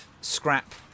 scrap